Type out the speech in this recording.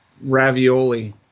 ravioli